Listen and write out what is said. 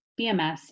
BMS